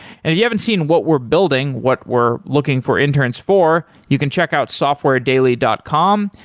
and if you haven't seen what we're building, what we're looking for interns for, you can check out softwaredaily dot com.